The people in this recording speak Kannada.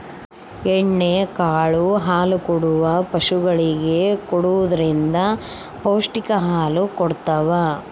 ಎಣ್ಣೆ ಕಾಳು ಹಾಲುಕೊಡುವ ಪಶುಗಳಿಗೆ ಕೊಡುವುದರಿಂದ ಪೌಷ್ಟಿಕ ಹಾಲು ಕೊಡತಾವ